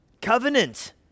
Covenant